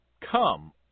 Come